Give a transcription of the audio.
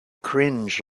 cringe